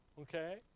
Okay